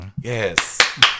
Yes